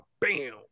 bam